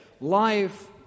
life